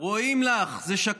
דווקא לערוץ 20. רואים לך, זה שקוף.